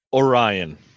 Orion